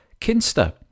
Kinster